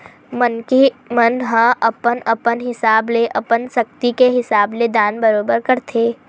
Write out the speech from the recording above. मनखे मन ह अपन अपन हिसाब ले अपन सक्ति के हिसाब ले दान बरोबर करथे